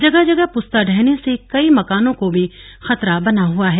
जगह जगह पुस्ता ढहने से कई मकानों को भी खतरा बना हुआ है